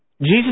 Jesus